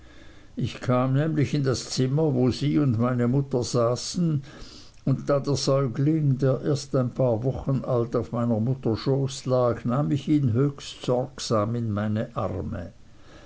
ich kam nämlich in das zimmer wo sie und meine mutter saßen und da der säugling der erst ein paar wochen alt auf meiner mutter schoß lag nahm ich ihn höchst sorgsam in meine arme